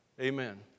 Amen